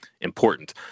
important